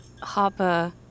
Harper